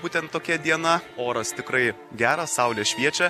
būtent tokia diena oras tikrai geras saulė šviečia